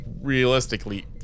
realistically